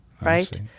right